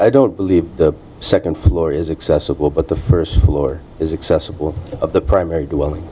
i don't believe the second floor is accessible but the first floor is accessible of the primary dwelling